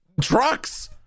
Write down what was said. trucks